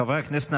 חברי הכנסת,